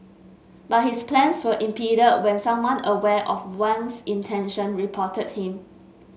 but his plans were impeded when someone aware of Wang's intention reported him